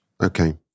Okay